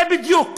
זה בדיוק,